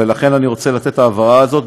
ולכן אני רוצה לתת את ההבהרה הזאת,